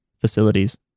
facilities